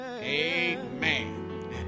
Amen